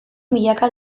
milaka